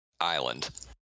island